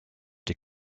des